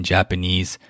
Japanese